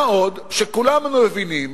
מה עוד שכולנו מבינים